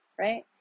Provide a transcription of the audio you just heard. right